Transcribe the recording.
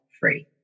free